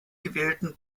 gewählten